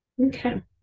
Okay